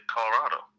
Colorado